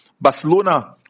Barcelona